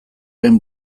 lehen